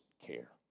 care